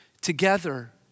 together